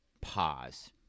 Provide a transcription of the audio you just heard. pause